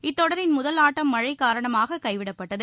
இத்தொடரின் முதல் ஆட்டம் மழை காரணமாக கைவிடப்பட்டது